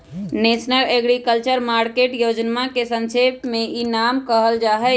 national agriculture market योजनवा के संक्षेप में ई नाम कहल जाहई